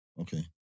Okay